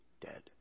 dead